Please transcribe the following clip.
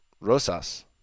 Rosas